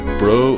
bro